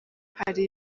hari